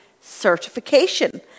certification